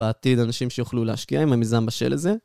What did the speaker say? בעתיד אנשים שיוכלו להשקיע עם המיזם בשל לזה.